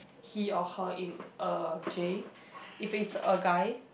he or her in uh J if it's a guy